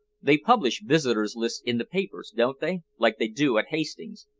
they publish visitors' lists in the papers, don't they, like they do at hastings?